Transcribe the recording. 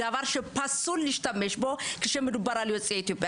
דבר שפסול להשתמש בו, כשמדובר על יוצאי אתיופיה.